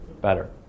better